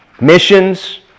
Missions